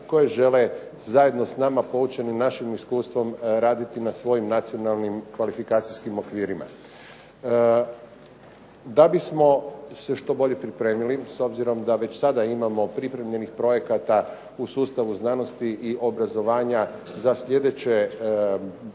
koje žele zajedno s nama poučeni našim iskustvom raditi na svojim nacionalnim kvalifikacijskim okvirima. Da bismo se što bolje pripremili, s obzirom da već sada imamo pripremljenih projekata u sustavu znanosti i obrazovanja za sljedeće pozive